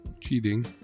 cheating